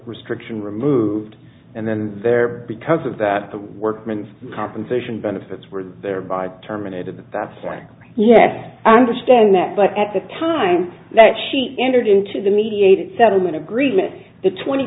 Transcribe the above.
restriction removed and then there because of that the workman's compensation benefits were thereby terminated that's right yes i understand that but at the time that she entered into the mediated settlement agreement the twenty